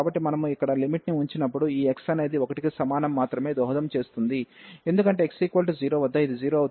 కాబట్టి మనము ఇక్కడ లిమిట్ ని ఉంచినప్పుడు ఈ x అనేది 1 కి సమానం మాత్రమే దోహదం చేస్తుంది ఎందుకంటే x 0 వద్ద ఇది 0 అవుతుంది